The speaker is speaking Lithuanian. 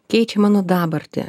keičia mano dabartį